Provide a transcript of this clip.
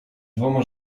dwoma